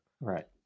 Right